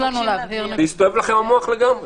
הסתובב לכם המוח לגמרי.